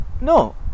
No